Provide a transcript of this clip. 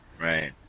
right